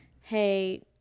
hey